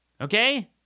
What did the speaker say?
Okay